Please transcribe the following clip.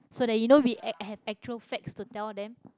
so that you know we a~ have actual facts to tell them